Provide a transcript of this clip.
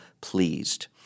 pleased